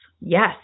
Yes